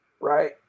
right